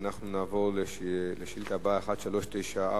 אנחנו נעבור לשאילתא הבאה, 1394,